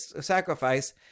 sacrifice